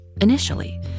Initially